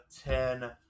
ten